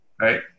right